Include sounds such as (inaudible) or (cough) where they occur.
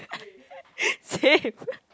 same (laughs)